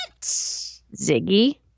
Ziggy